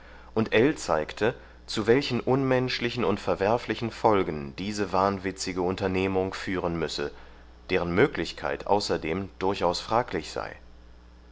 und ell zeigte zu welchen unmenschlichen und verwerflichen folgen diese wahnwitzige unternehmung führen müsse deren möglichkeit außerdem durchaus fraglich sei